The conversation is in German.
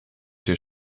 der